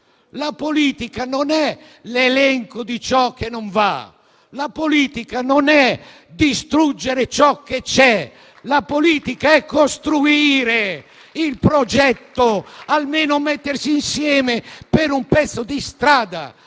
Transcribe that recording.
La politica non è l'elenco di ciò che non va. La politica non è distruggere ciò che c'è. La politica è costruire il progetto, almeno mettersi insieme per un pezzo di strada.